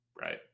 Right